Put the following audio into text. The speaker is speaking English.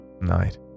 night